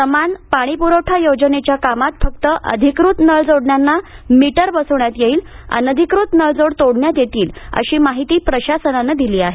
समान पाणीप्रवठा योजनेच्या कामात फक्त अधिकृत नळ जोडण्यांना मीटर बसवण्यात येईल अनधिक्रत नळजोड तोडण्यात येतील अशी माहिती प्रशासनानं दिली आहे